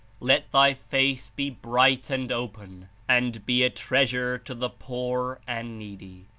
let thy face be bright and open, and be a treasure to the poor and needy.